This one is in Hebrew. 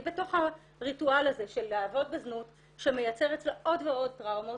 והיא בתוך הריטואל הזה של לעבוד בזנות שמייצר אצלה עוד ועוד טראומות,